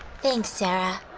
thanks, sarah.